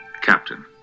Captain